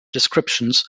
descriptions